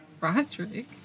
Roderick